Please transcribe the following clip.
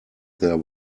there